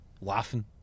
laughing